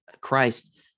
Christ